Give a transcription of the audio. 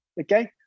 okay